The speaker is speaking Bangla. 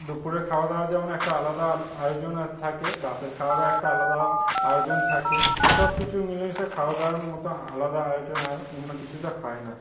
দুপুরের খাওয়া দাওয়া যেমন একটা আলাদা আয়োজন আর থাকে রাতের খাওয়ারও একটা আলাদা আয়োজন থাকে সবকিছু মিলেমিশে খাওয়া দাওয়ার মতো আলাদা আয়োজন আর অন্য কিছুতে হয় না